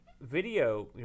video